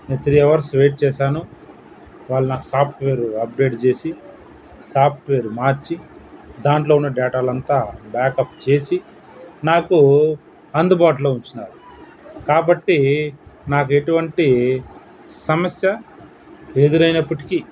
నేను three hours wait చేశాను వాళ్ళు నాకు సాఫ్ట్వేరు అప్డేట్ చేసి సాఫ్ట్వేర్ మార్చి దాంట్లో ఉన్న డేటాలంతా బ్యాకప్ చేసి నాకు అందుబాటులో ఉంచినారు కాబట్టి నాకు ఎటువంటి సమస్య ఎదురైనప్పటికీ